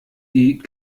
die